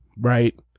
right